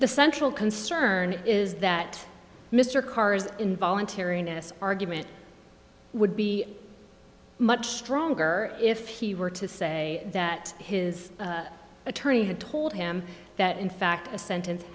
the central concern is that mr karr is in voluntariness argument would be much stronger if he were to say that his attorney had told him that in fact a sentence